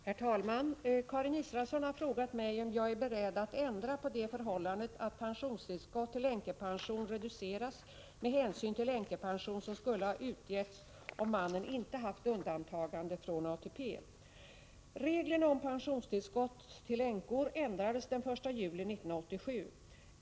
Herr talman! Karin Israelsson har frågat mig om jag är beredd att ändra på det förhållandet att pensionstillskott till änkepension reduceras med hänsyn till änkepension som skulle ha utgetts, om mannen inte haft undantagande från ATP. Reglerna om pensionstillskott till änkor ändrades den 1 juli 1987.